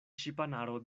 ŝipanaro